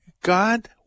God